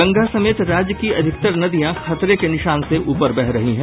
गंगा समेत राज्य की अधिकतर नदियां खतरे के निशान से ऊपर बह रही हैं